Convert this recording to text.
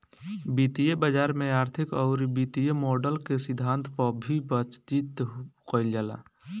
वित्तीय बाजार में आर्थिक अउरी वित्तीय मॉडल के सिद्धांत पअ भी बातचीत कईल जाला